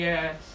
Yes